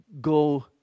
go